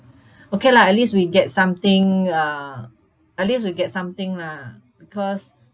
okay lah at least we get something uh at least we get something lah because